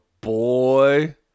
Boy